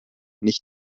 nicht